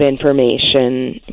information